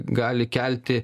gali kelti